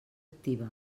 activa